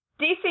DC